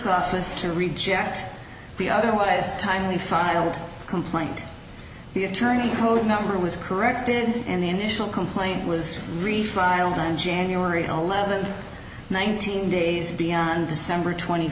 office to reject the otherwise timely filed a complaint the attorney the number was corrected and the initial complaint was refiled on january eleventh nineteen days beyond december twenty